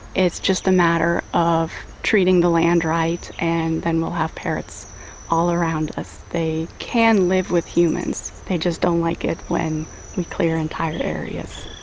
it's just a matter of treating the land right and then we will have parrots all around us. they can live with humans, they just don't like it when we clear entire areas.